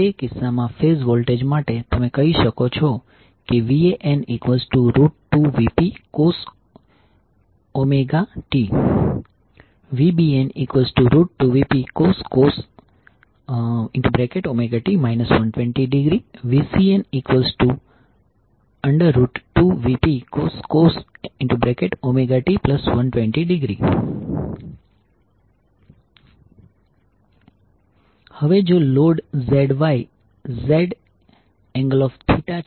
તે કિસ્સામાં phase voltage માટે તમે કહી શકો છો કે vAN2Vpcos t vBN2Vpcos ω t 120° vCN2Vpcos ω t120° હવે જો લોડ ZYZ∠θ છે